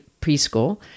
preschool